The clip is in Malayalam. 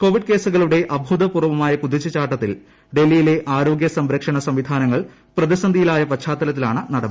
കോവിഡ് കേസുകളുടെ അഭൂതപൂർവ്വമായ കൂതിച്ചു ചാട്ടത്തിൽ ഡൽഹിയിലെ ആരോഗൃ സംരക്ഷണ സംവിധാനങ്ങൾ പ്രതിസന്ധിയിലായ പശ്ചാത്തല ത്തിലാണ് ലോക്ഡൌൺ നീട്ടുന്നത്